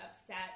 upset